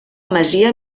masia